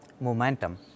momentum